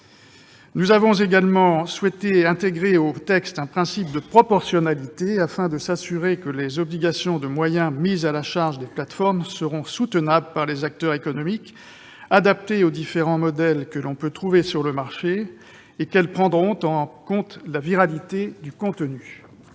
Nous avons également souhaité intégrer au texte un principe de proportionnalité, afin de nous assurer que les obligations de moyens mises à la charge des plateformes seront soutenables par les acteurs économiques, adaptées aux différents modèles que l'on peut trouver sur le marché, et qu'elles prendront en compte la viralité du contenu.